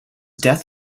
death